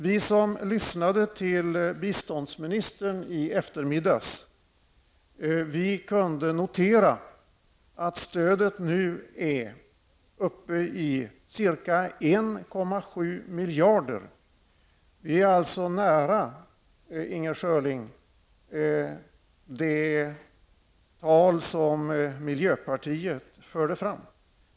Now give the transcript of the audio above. Vi som lyssnade till biståndsministern i eftermiddags kunde notera att stödet nu är uppe i ca 1,7 miljarder. Vi är alltså nära, Inger Schörling, det tal som miljöpartiet förde fram.